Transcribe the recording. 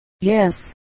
yes